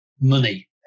money